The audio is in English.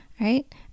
right